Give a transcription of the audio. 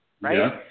right